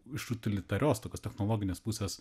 iš utilitarios tokios technologinės pusės